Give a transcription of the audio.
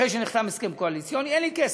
אחרי שנחתם הסכם קואליציוני, אין לי כסף.